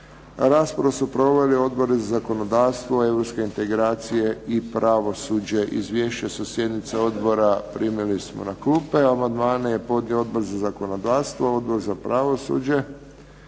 Raspravu su proveli odbori za zakonodavstvo, europske integracije i pravosuđe. Izvješće sa sjednice odbora primili smo na klube. Amandmane je podnio Odbor za zakonodavstvo, Odbor za pravosuđe